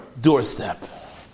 doorstep